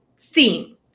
theme